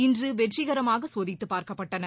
இன்றுவெற்றிகரமாகசோதித்துபார்க்கப்பட்டன